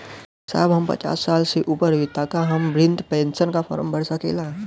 साहब हम पचास साल से ऊपर हई ताका हम बृध पेंसन का फोरम भर सकेला?